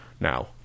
now